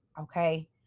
okay